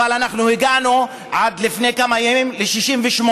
אבל אנחנו הגענו לפני כמה ימים ל-68.